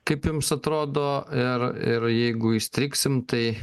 kaip jums atrodo ir ir jeigu įstrigsim tai